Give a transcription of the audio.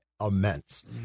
Immense